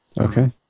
okay